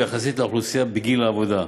ויחסית לאוכלוסייה בגיל העבודה.